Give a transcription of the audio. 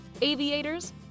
aviators